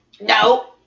no